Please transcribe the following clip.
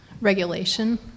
regulation